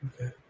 Okay